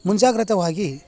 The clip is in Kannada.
ಮುಂಜಾಗ್ರತವಾಗಿ